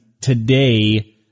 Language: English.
today